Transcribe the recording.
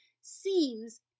seems